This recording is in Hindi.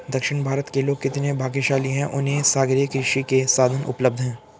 दक्षिण भारत के लोग कितने भाग्यशाली हैं, उन्हें सागरीय कृषि के साधन उपलब्ध हैं